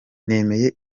nemeye